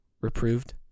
reproved